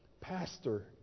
pastor